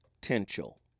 potential